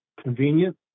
convenient